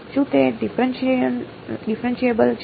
શું તે ડિફેરએંશીએબલ છે